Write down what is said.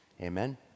amen